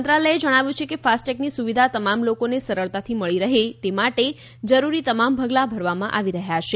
મંત્રાલયે જણાવ્યું છે કે ફાસ્ટેગની સુવિધા તમામ લોકોને સરળતાથી મળી રહે તે માટે જરૂરી તમામ પગલાં ભરવામાં આવી રહ્યા છે